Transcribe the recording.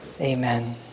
Amen